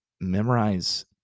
memorize